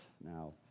Now